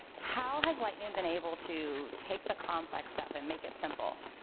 how has lightning been able to take the complex stuff and make it simple,